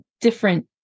different